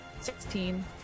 sixteen